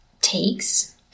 takes